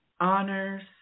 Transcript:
honors